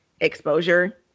exposure